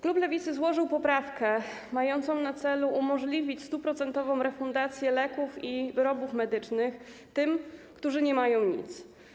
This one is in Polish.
Klub Lewicy złożył poprawkę mającą na celu umożliwienie 100-procentowej refundacji leków i wyrobów medycznym tym, którzy nie mają nic.